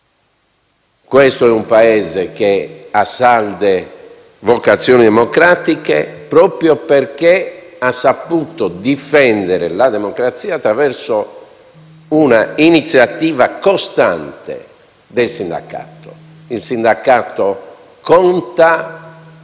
Questo Paese ha salde vocazioni democratiche, proprio perché ha saputo difendere la democrazia attraverso l'iniziativa costante del sindacato. Il sindacato conta